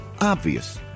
Obvious